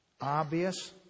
obvious